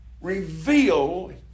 reveal